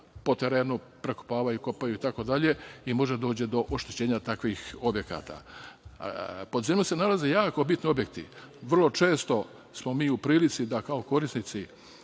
po terenu, prekopavaju i kopaju itd. i može da dođe do oštećenja takvih objekta. Pod zemljom se nalaze jako bitni objekti, vrlo često smo mi u prilici da kao korisnici